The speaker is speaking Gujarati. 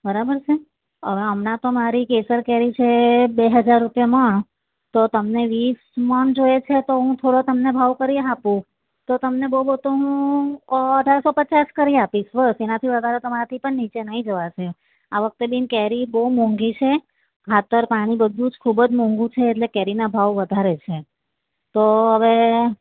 બરાબર છે અવે હમણાં તો મારી કેસર કેરી છે બે હજાર રૂપિયા મણ તો તમને વીસ મણ જોઈએ છે તો હું થોડો તમને ભાવ કરી આપું તો તમને બહુ બહુ તો હું અઢાર સો પચાસ કરી આપીશ બસ એનાથી વધારે તો મારાથી પણ નીચે નહીં જવાશે આ વખતે બેન કેરી બહુ મોંઘી છે ખાતર પાણી બધું જ ખૂબ જ મોંઘું છે એટલે કેરીના ભાવ વધારે છે તો હવે